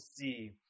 see